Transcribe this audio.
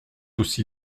aussi